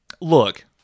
look